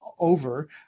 over